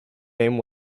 name